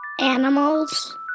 Animals